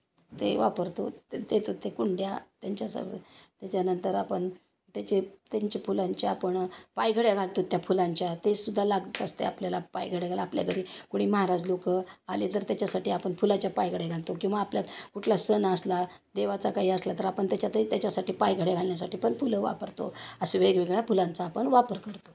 ते वापरतो ते देतात ते कुंड्या त्यांच्यास त्याच्यानंतर आपण त्याचे त्यांच्या फुलांच्या आपण पायघड्या घालतो त्या फुलांच्या तेसुद्धा लागत असतं आहे आपल्याला पायघड्या घाला आपल्या घरी कुणी महाराज लोक आले तर त्याच्यासाठी आपण फुलाच्या पायघड्या घालतो किंवा आपल्यात कुठला सण असला देवाचा काही असला तर आपण त्याच्यातही त्याच्यासाठी पायघड्या घालण्यासाठी पण फुलं वापरतो असं वेगवेगळ्या फुलांचा आपण वापर करतो